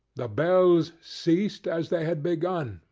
the bells ceased as they had begun,